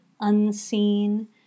unseen